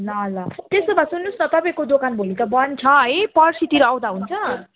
ल ल त्यसो भए सुन्नुहोस् न तपाईँको दोकान भोलि त बन्द छ है पर्सितिर आउँदा हुन्छ